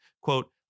quote